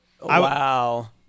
Wow